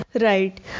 Right